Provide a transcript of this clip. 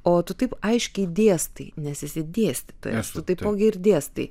o tu taip aiškiai dėstai nes esi dėstytojas tu taipogi ir dėstai